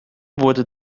wurde